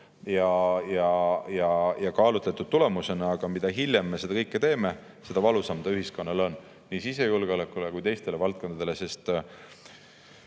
ja kaalutlemise tulemusena. Aga mida hiljem me seda kõike teeme, seda valusam see ühiskonnale on, nii sisejulgeolekule kui ka teistele valdkondadele. Kui